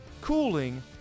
cooling